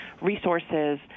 resources